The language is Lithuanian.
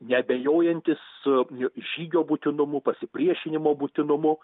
neabejojantis a žygio būtinumu pasipriešinimo būtinumuo